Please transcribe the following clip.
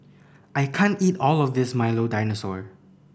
I can't eat all of this Milo Dinosaur